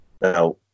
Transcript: Now